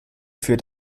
für